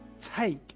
take